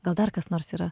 gal dar kas nors yra